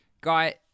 Guy